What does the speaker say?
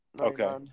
Okay